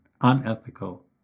unethical